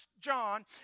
John